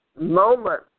moment